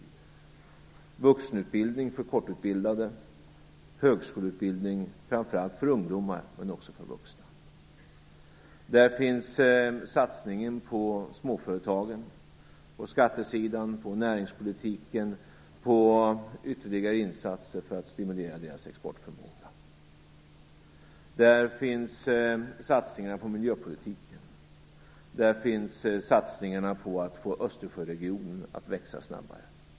Den gäller vuxenutbildning för korttidsutbildade, högskoleutbildning framför allt för ungdomar men också för vuxna. Där finns satsningen på småföretagen - på skattesidan, på näringspolitiken och på ytterligare insatser för att stimulera deras exportförmåga. Där finns satsningar på miljöpolitiken. Där finns satsningarna på att få Östersjöregionen att växa snabbare.